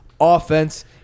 offense